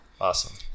Awesome